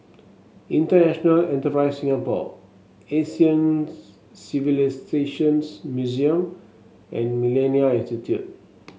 International Enterprise Singapore Asian Civilisations Museum and MillenniA Institute